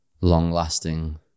long-lasting